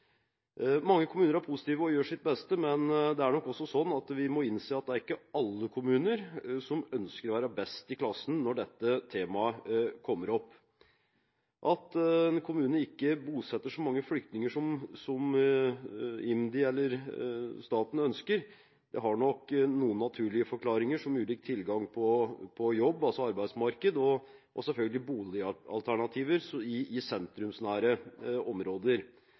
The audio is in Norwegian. Mange kommuner er positive og gjør sitt beste, men vi må nok også innse at det er ikke alle kommuner som ønsker å være best i klassen når dette temaet kommer opp. At en kommune ikke bosetter så mange flyktninger som IMDi eller staten ønsker, har nok noen naturlige forklaringer, som ulik tilgang på jobb – altså arbeidsmarkedet – og selvfølgelig mangel på boligalternativer i sentrumsnære områder.